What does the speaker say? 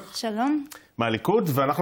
מכיוון